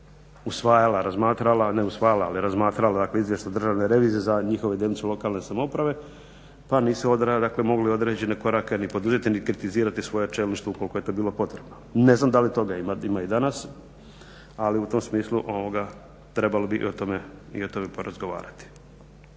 razmatrala, usvajala ne usvajala ali ne razmatrala dakle Izvještaj Državne revizije za njihovu jedinicu lokalne samouprave pa nisu mogli određene korake ni poduzeti ni kritizirati svoje čelništvo ukoliko je to bilo potrebno. Ne znam da li toga ima i danas ali u tom smislu trebalo bi i o tome porazgovarati.